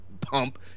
Pump